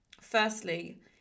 firstly